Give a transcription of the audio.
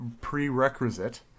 prerequisite